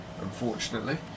unfortunately